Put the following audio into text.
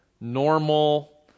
normal